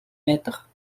mètres